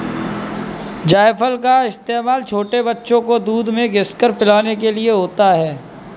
जायफल का इस्तेमाल छोटे बच्चों को दूध में घिस कर पिलाने में किया जाता है